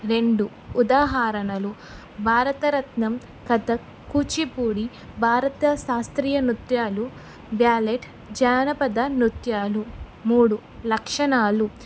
రెండు ఉదాహరణలు భరతనాట్యం కథక్ కూచిపూడి భారత శాస్త్రీయ నృత్యాలు బ్యాలే జానపద నృత్యాలు మూడు లక్షణాలు